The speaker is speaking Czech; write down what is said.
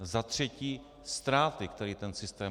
Za třetí ztráty, které ten systém .